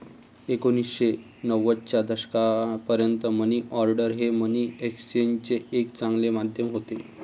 एकोणीसशे नव्वदच्या दशकापर्यंत मनी ऑर्डर हे मनी एक्सचेंजचे एक चांगले माध्यम होते